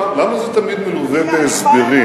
למה זה תמיד מלווה בהסברים?